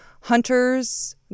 hunters